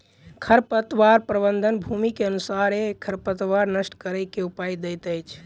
खरपतवार प्रबंधन, भूमि के अनुसारे खरपतवार नष्ट करै के उपाय दैत अछि